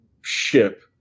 ship